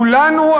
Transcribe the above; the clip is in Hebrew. כולנו,